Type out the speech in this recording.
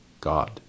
God